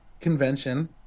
convention